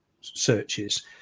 searches